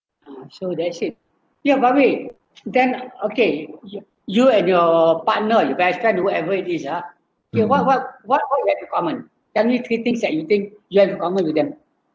uh so that's it ya by the way then okay you you and your partner you guys try to work ever it is ah okay what what what you have in common tell me three things that you think you have the common with them